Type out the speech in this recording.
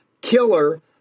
killer